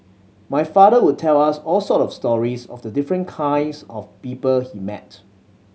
my father would tell us all sort of stories of the different kinds of people he met